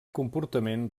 comportament